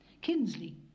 Kinsley